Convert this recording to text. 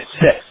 six